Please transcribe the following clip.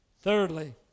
Thirdly